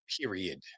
period